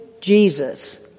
Jesus